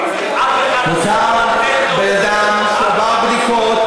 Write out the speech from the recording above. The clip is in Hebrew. אחרי שעבר שתי בדיקות,